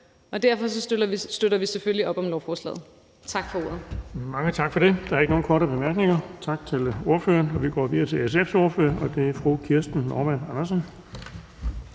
Derfor støtter vi selvfølgelig lovforslaget.